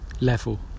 level